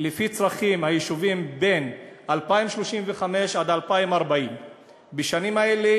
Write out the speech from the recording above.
לפי צורכי היישובים ב-2035 2040. בשנים האלה